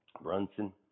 Brunson